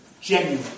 Genuine